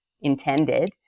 intended